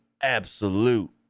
absolute